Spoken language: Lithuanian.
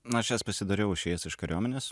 na aš jas pasidariau išėjęs iš kariuomenės